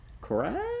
Correct